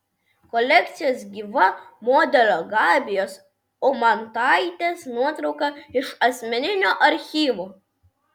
kolekcijos gyva modelio gabijos umantaitės nuotrauka iš asmeninio archyvo